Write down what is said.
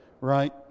right